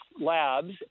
labs